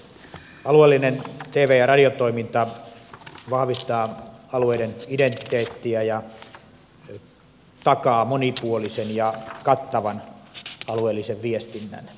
alueellinen tv ja radiotoiminta vahvistaa alueiden identiteettiä ja takaa monipuolisen ja kattavan alueellisen viestinnän